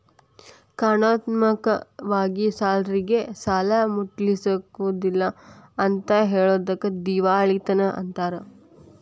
ಕಾನೂನಾತ್ಮಕ ವಾಗಿ ಸಾಲ್ಗಾರ್ರೇಗೆ ಸಾಲಾ ಮುಟ್ಟ್ಸ್ಲಿಕ್ಕಗೊದಿಲ್ಲಾ ಅಂತ್ ಹೆಳೊದಕ್ಕ ದಿವಾಳಿತನ ಅಂತಾರ